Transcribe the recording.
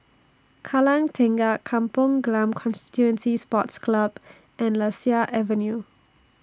Kallang Tengah Kampong Glam Constituency Sports Club and Lasia Avenue